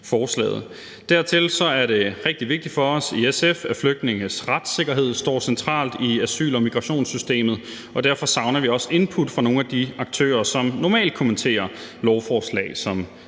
Dernæst er det rigtig vigtigt for os i SF, at flygtninges retssikkerhed står centralt i asyl- og migrationssystemet, og derfor savner vi også input fra nogle af de aktører, som normalt kommenterer lovforslag som